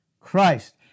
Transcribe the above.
Christ